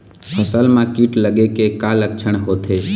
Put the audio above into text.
फसल म कीट लगे के का लक्षण होथे?